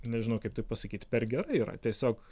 nežinau kaip tai pasakyt per gerai yra tiesiog